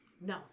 No